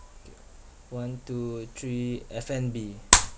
K one two three F&B